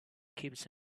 keeps